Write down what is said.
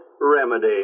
remedy